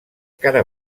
cara